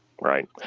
Right